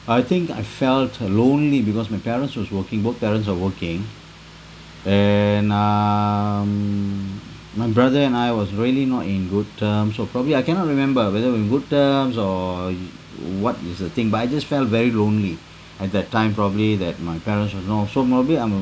I think I felt uh lonely because my parents was working both parents are working and um my brother and I was really not in good terms or probably I cannot remember whether we in good terms or what is the thing but I just felt very lonely at that time probably that my parents you know so maybe I'm